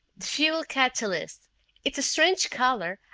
fuel catalyst it's a strange color,